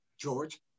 George